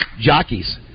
jockeys